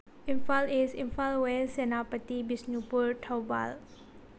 Imphal is Imphal was Senapati Bishnupur Thoubal